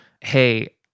hey